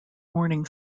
morning